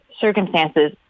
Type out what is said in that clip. circumstances